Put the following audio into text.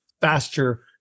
faster